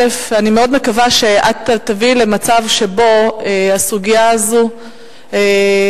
אני מאוד מקווה שאת תביאי למצב שבו הסוגיה הזאת תובא